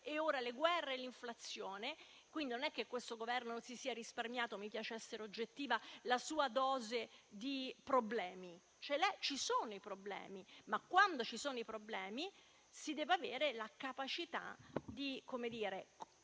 e ora le guerre e l'inflazione. Quindi non è che questo Governo si sia risparmiato - mi piace essere oggettiva - la sua dose di problemi. Ci sono i problemi. Ma, quando ci sono i problemi, si deve avere la capacità non solo di fronteggiare